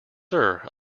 sir